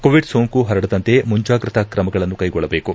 Covid ಸೋಂಕು ಪರಡದಂತೆ ಮುಂಜಾಗ್ರತಾ ತ್ರಮಗಳನ್ನು ಕೈಗೊಳ್ಳಬೇಕು